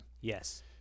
Yes